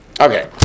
Okay